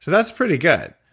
that's pretty good,